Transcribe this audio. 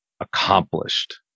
accomplished